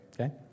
Okay